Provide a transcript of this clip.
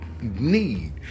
need